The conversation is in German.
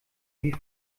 wie